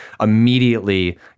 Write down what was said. immediately